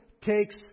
takes